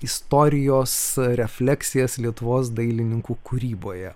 istorijos refleksijas lietuvos dailininkų kūryboje